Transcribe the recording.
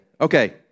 Okay